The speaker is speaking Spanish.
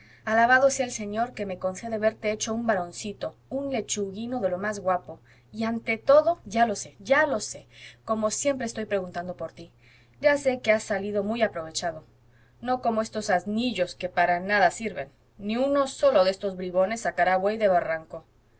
alabado sea el señor que me concede verte hecho un varoncito un lechuguino de lo más guapo y ante todo ya lo sé ya lo sé como siempre estoy preguntando por tí ya sé que has salido muy aprovechado no como estos asnillos que para nada sirven ni uno solo de estos bribones sacará buey de barranco